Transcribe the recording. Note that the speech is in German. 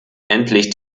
endlich